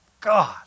God